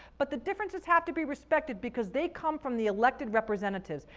but the differences have to be respected because they come from the elected representatives.